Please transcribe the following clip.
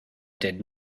did